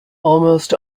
almost